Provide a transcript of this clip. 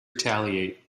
retaliate